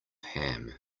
ham